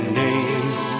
names